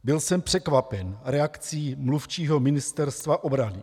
Byl jsem překvapen reakcí mluvčího Ministerstva obrany.